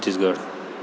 Chhattisgarh